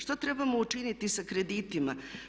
Što trebamo učiniti sa kreditima?